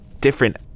different